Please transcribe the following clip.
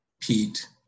Pete